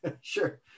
sure